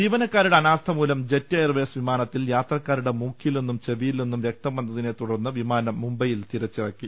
ജീവനക്കാരുടെ അനാസ്ഥമൂലം Jet Airways വിമാനത്തിൽ യാത്രക്കാ രുടെ മുക്കിൽനിന്നും ചെവിയിൽനിന്നും രക്തം വന്നതിനെ തുടർന്നു വിമാനം മുംബൈയിൽ തിരിച്ചിറക്കി